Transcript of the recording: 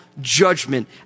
judgment